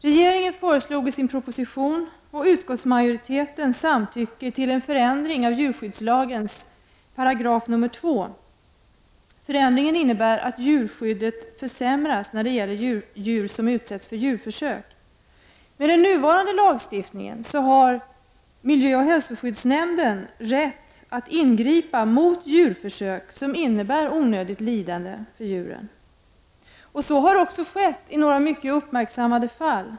Regeringen föreslår i sin proposition, vilken utskottsmajoriteten samtyckte till, en förändring av 2§ djurskyddslagen. Förändringen innebär att djurskyddet försämras för de djur som utsätts för djurförsök. Enligt den nuvarande lagstiftningen har miljöoch hälsoskyddsnämnderna rätt att ingripa mot djurförsök som innebär onödigt lidande för djuren. Så har också skett i några mycket uppmärksammade fall.